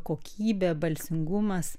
kokybė balsingumas